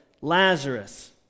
Lazarus